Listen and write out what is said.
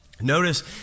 Notice